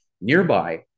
nearby